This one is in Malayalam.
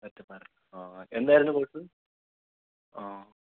ഒറ്റപ്പാലം ആ എന്തായിരുന്നു കോഴ്സ് ആ